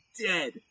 dead